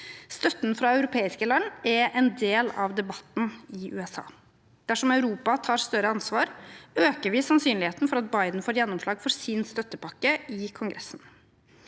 Støtten fra europeiske land er en del av debatten i USA. Dersom Europa tar større ansvar, øker vi sannsynligheten for at Biden får gjennomslag for sin støttepakke i Kongressen.